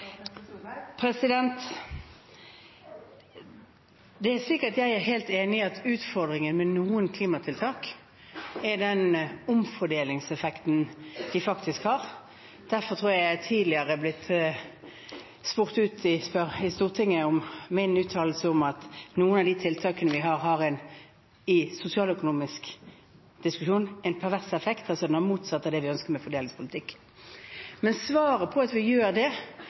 Det er sikkert at jeg er helt enig i at utfordringen med noen klimatiltak er den omfordelingseffekten de har. Derfor tror jeg at jeg tidligere er blitt spurt ut i Stortinget om min uttalelse om at noen av de tiltakene vi har, har, i sosialøkonomisk diskusjon, en pervers effekt, altså det motsatte av det vi ønsker med fordelingspolitikk. Men svaret på at vi gjør det,